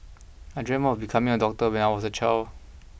I dreamt of becoming a doctor when I was a child